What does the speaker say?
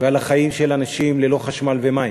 ועל החיים של אנשים ללא חשמל ומים.